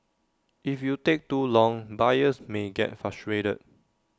if you take too long buyers may get frustrated